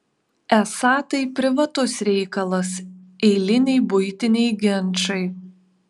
esą tai privatus reikalas eiliniai buitiniai ginčai